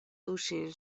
tuŝi